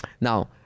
Now